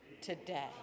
today